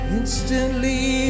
instantly